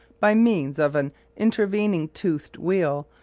by means of an intervening toothed wheel,